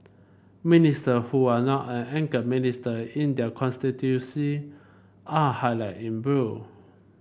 minister who are not an anchor minister in their constituency are highlighted in blue